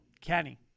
Kenny